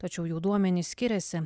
tačiau jų duomenys skiriasi